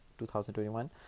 2021